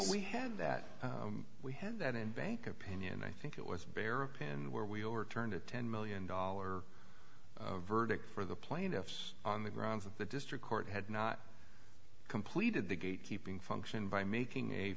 we had that we had that in bank opinion i think it was bearup in where we overturned a ten million dollar verdict for the plaintiffs on the grounds that the district court had not completed the gatekeeping function by making a